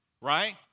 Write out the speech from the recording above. Right